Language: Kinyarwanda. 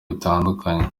butandukanye